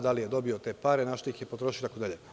Da li je dobio te pare, na šta ih je potrošio itd.